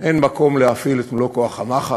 אין מקום להפעיל את מלוא כוח המחץ,